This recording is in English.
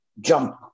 jump